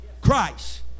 christ